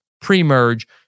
pre-merge